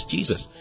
Jesus